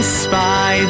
spy